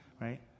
Right